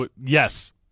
Yes